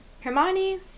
Hermione